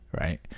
right